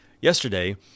yesterday